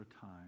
time